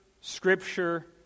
scripture